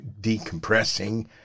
decompressing